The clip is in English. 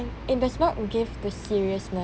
it does not give the seriousness